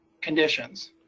conditions